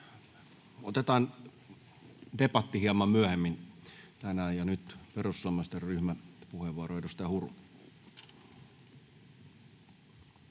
Otetaan debatti hieman myöhemmin tänään. — Nyt perussuomalaisten ryhmäpuheenvuoro, edustaja Huru.